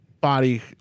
body